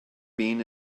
bean